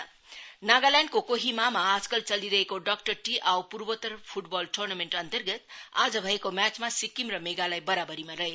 football नागाल्याण्डको कोहिमामा आजकल चलिरहेको डाक्टर टी आओ पूर्वोतर फुटबल ट्र्नामेन्ट अन्तर्गत आज भएको म्याचमा सिक्किम र मेघालय बराबरीमा रहे